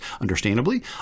understandably